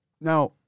now